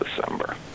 December